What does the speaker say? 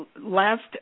last